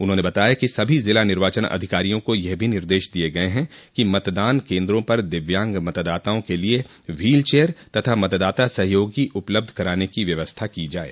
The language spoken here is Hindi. उन्होंन बताया कि सभी जिला निर्वाचन अधिकारियों को यह भी निर्देश दिये गये हैं कि मतदान केन्द्रों पर दिव्यांग मतदाताओं के लिए व्हील चेयर तथा मतदाता सहयोगी उपलब्ध कराने की व्यवस्था की जाये